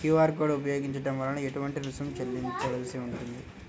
QR code ఉపయోగించటం వలన ఏటువంటి రుసుం చెల్లించవలసి ఉంటుంది?